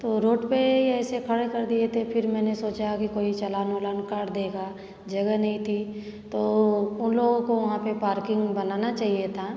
तो रोड पे ऐसे खड़े कर दिए थे फिर मैंने सोचा कि कोई चलान उलान काट देगा जगह नहीं थी तो उन लोगों को वहाँ पे पाक्रिंग बनाना चाहिए था